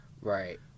right